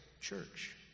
church